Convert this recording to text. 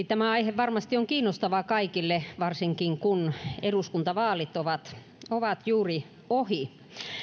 tämä aihe on varmasti kiinnostava kaikille varsinkin kun eduskuntavaalit ovat ovat juuri ohi